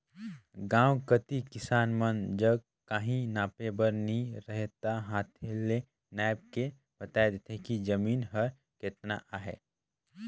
गाँव कती किसान मन जग काहीं नापे बर नी रहें ता हांथे में नाएप के बताए देथे कि जमीन हर केतना अहे